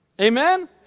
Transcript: Amen